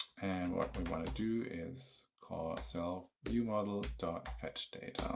and what we want to do is call so viewmodel fetchdata.